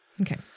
Okay